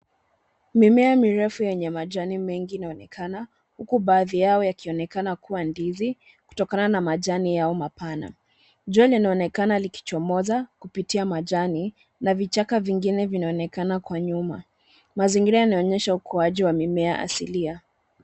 Mimea mirefu yenye majani mengi inaonekana huku baadhi yao yakionekana kuwa ndizi kutokana na majani yao mapana. Jua linaonekana likichomoza kupitia majani na vichaka vingine vinaonekana kwa nyuma. Mazingira yanaonyesha ukuaji wa mimea asilia.